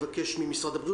תעשו סדר גם באשר לתשלומים,